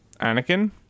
Anakin